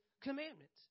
commandments